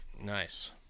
Nice